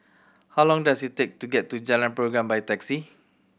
how long does it take to get to Jalan Pergam by taxi